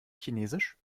chinesisch